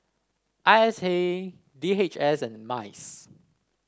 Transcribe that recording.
I S A D H S and MICE